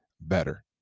better